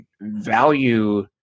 value